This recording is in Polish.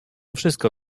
wszystko